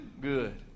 good